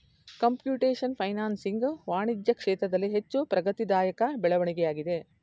computation financing ವಾಣಿಜ್ಯ ಕ್ಷೇತ್ರದಲ್ಲಿ ಹೆಚ್ಚು ಪ್ರಗತಿದಾಯಕ ಬೆಳವಣಿಗೆಯಾಗಿದೆ